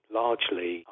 largely